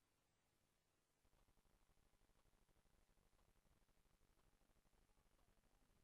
13 בעד, אין מתנגדים